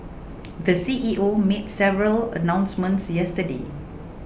the C E O made several announcements yesterday